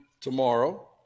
tomorrow